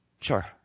Sure